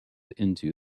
into